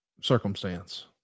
circumstance